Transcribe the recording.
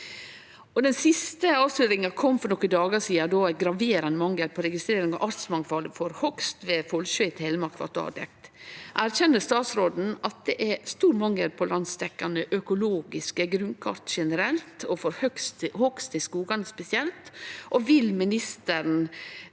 Den siste avsløringa kom for nokre dagar sidan, då graverande mangel på registrering av artsmangfaldet for hogst ved Follsjå i Telemark blei avdekt. Erkjenner statsråden at det er stor mangel på landsdekkande økologiske grunn kart generelt og for hogst i skogane spesielt, og vil ministeren